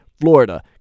Florida